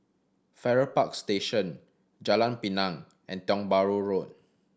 Farrer Park Station Jalan Pinang and Tiong Bahru Road